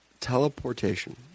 Teleportation